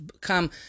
come